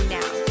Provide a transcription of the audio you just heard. now